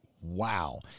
wow